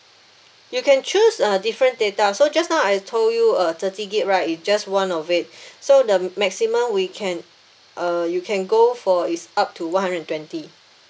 you can choose uh different data so just now I told you uh thirty gig right is just one of it so the maximum we can uh you can go for is up to one hundred and twenty